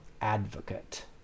advocate